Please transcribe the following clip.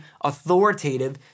authoritative